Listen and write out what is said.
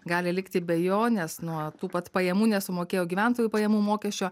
gali likti be jo nes nuo tų pat pajamų nesumokėjo gyventojų pajamų mokesčio